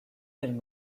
and